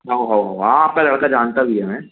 हओ हओ हओ हाँ आपका लड़का जानता भी है हमें